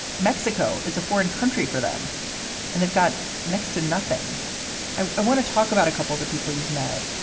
mexico is a foreign country for them and they've got next to nothing i want to talk about a couple of the people you've met.